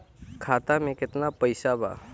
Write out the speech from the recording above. खाता में केतना पइसा बा?